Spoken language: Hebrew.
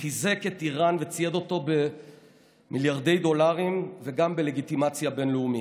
שחיזק את איראן וצייד אותו במיליארדי דולרים וגם בלגיטימציה בין-לאומית.